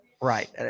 Right